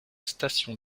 station